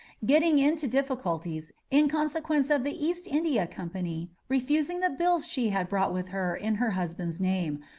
getting into difficulties, in consequence of the east india company refusing the bills she had brought with her in her husband's name,